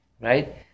right